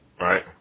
Right